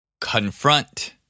Confront